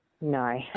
No